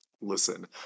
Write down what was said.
Listen